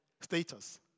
status